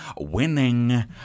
Winning